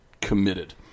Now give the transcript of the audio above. committed